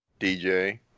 DJ